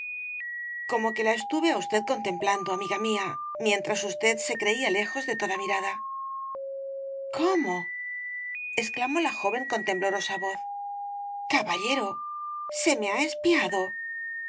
como que la estuve á usted contemplando amiga mía mientras usted se creía lejos de toda mirada cómo exclamó la joven con temblorosa voz caballero se me ha espiado